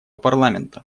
парламента